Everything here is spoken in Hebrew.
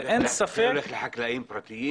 אבל אין ספק --- זה הולך לחקלאים פרטיים?